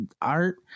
art